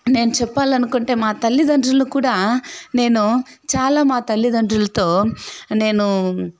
నేను చెప్పాలనుకుంటే మా తల్లిదండ్రులకూడా నేను చాలా మా తల్లిదండ్రులతో నేను